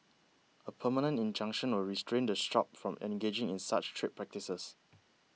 a permanent injunction will restrain the shop from engaging in such trade practices